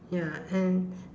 ya and